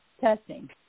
testing